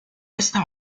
esta